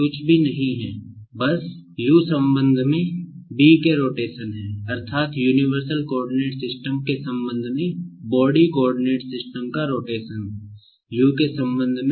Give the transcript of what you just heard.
तो कुछ भी नहीं बस के U संबंध में B के रोटेशन U के संबंध में R B है